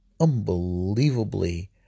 unbelievably